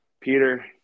Peter